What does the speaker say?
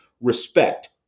respect